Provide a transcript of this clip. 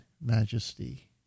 majesty